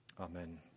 Amen